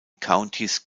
countys